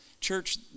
Church